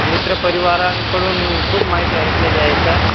मित्रपरिवाराकडून खूप माहिती ऐकलेली आहे सर